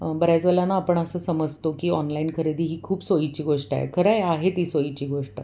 बऱ्याच वेळेला ना आपण असं समजतो की ऑनलाईन खरेदी ही खूप सोयीची गोष्ट आहे खरं आहे आहे ती सोयीची गोष्ट